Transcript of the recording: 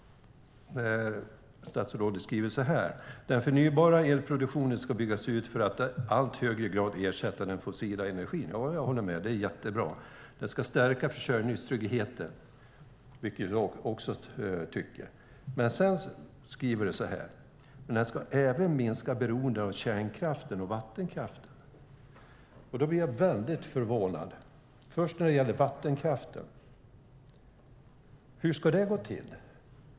Statsrådet skriver: "Den förnybara elproduktionen ska byggas ut för att i allt högre grad ersätta den fossila energin." Det håller jag med om; det är jättebra. Det ska stärka försörjningstryggheten, vilket jag också tycker. Men sedan står det så här: Den ska även minska beroendet av kärnkraften och vattenkraften. Jag blir förvånad. Hur ska det gå till när det gäller vattenkraften?